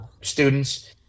students